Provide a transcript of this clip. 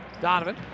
Donovan